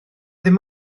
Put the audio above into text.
ddim